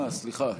אה, סליחה.